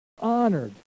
honored